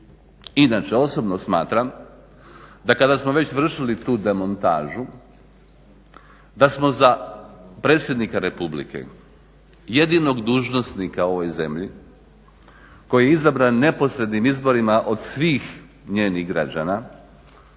Inače, osobno smatram da kada smo već vršili tu demontažu da smo za predsjednika Republike, jedinog dužnosnika u ovoj zemlji koji je izabran neposrednim izborima od svih njenih građana,